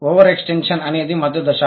over extension అనేది మధ్య దశ